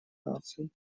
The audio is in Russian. наций